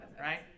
Right